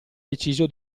deciso